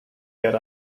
get